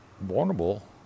vulnerable